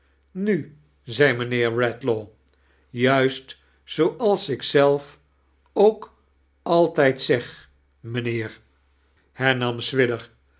nu zei mijinheer redlaw juist zooals ik zelf ook altijd zeg mijnheer hernam swidger